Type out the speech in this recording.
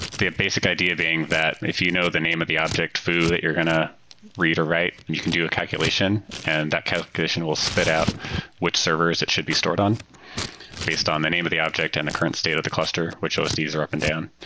the basic idea being that if you know the name of the object foo that you're going to read or write and you can do a calculation and that calculation will spit out which servers it should be stored on based on the name of the object and the current state of the cluster. which osds are up and down?